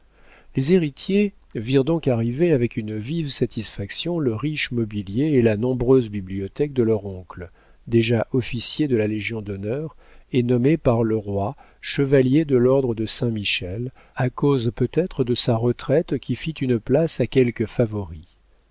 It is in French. les héritiers virent donc arriver avec une vive satisfaction le riche mobilier et la nombreuse bibliothèque de leur oncle déjà officier de la légion-d'honneur et nommé par le roi chevalier de l'ordre de saint-michel à cause peut-être de sa retraite qui fit une place à quelque favori